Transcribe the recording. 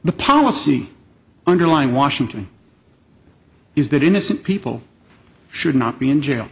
the policy underlying washington is that innocent people should not be in jail